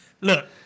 Look